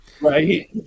Right